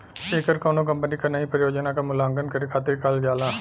ऐकर कउनो कंपनी क नई परियोजना क मूल्यांकन करे खातिर करल जाला